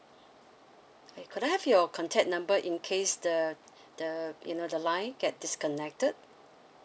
could I have your contact number in case the the you know the line get disconnected